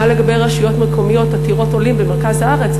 מה לגבי רשויות מקומיות עתירות עולים במרכז הארץ,